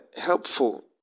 helpful